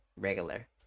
regular